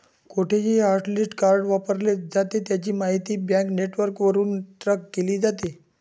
कुठेही hotlist card वापरले जाते, त्याची माहिती बँक नेटवर्कवरून ट्रॅक केली जाते